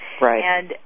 Right